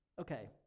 Okay